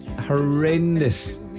horrendous